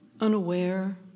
unaware